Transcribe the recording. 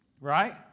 Right